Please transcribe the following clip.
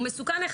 זה מסוכן,